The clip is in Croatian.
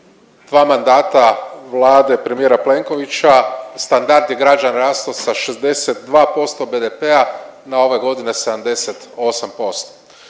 dva mandata Vlade premijera Plenkovića standard je građana rastao sa 62% BDP-a na ove godine 78%.